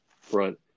front